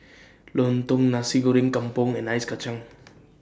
Lontong Nasi Goreng Kampung and Ice Kachang